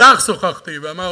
אתך שוחחתי ואמרתי: